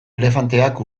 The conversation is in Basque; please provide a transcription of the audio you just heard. elefanteak